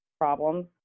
problems